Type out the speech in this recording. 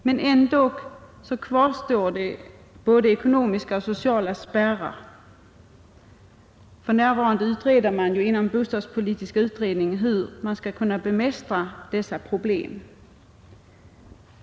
Men ändå kvarstår det både ekonomiska och sociala spärrar, och för närvarande utreder man inom bostadspolitiska utredningen hur man skall kunna bemästra dessa problem.